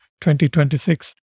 2026